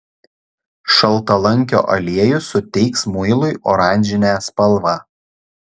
šaltalankio aliejus suteiks muilui oranžinę spalvą